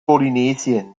polynesien